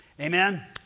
Amen